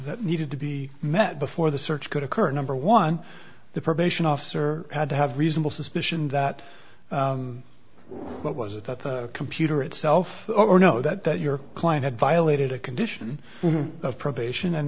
that needed to be met before the search could occur a number one the probation officer had to have reasonable suspicion that what was at the computer itself or know that your client had violated a condition of probation and